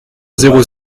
zéro